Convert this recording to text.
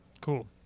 Cool